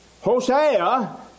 Hosea